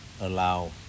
allow